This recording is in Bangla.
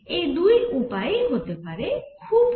এই দুই উপায়েই হতে পারে খুব কম গতিতে